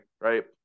right